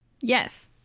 yes